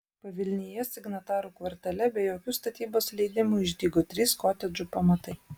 pavilnyje signatarų kvartale be jokių statybos leidimų išdygo trys kotedžų pamatai